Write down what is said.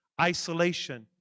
Isolation